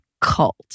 cult